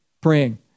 praying